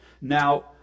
Now